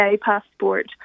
passport